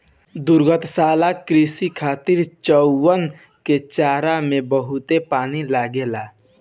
दुग्धशाला कृषि खातिर चउवन के चारा में बहुते पानी लागेला